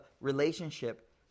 relationship